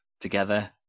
together